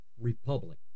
republic